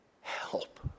help